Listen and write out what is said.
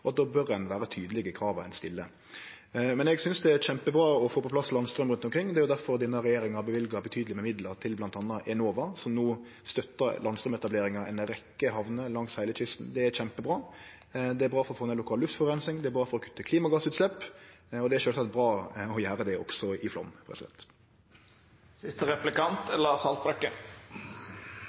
at ein då bør vere tydeleg i krava ein stiller. Eg synest det er kjempebra å få på plass landstraum rundt omkring. Det er difor denne regjeringa har løyvd betydelege midlar til bl.a. Enova, som no støttar landstraumetablering i ei rekkje hamner langs heile kysten. Det er kjempebra. Det er bra for å få ned lokal luftforureining, det er bra for å kutte klimagassutslepp – og det er sjølvsagt bra å gjere det også i Flåm. Jeg vil først si at jeg er